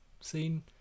scene